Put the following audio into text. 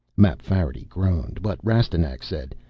mapfarity groaned, but rastignac said,